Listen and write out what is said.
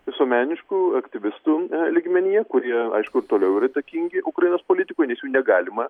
visuomeniškų aktyvistų lygmenyje kurie aišku ir toliau yra įtakingi ukrainos politikoj nes jų negalima